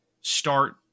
start